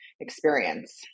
experience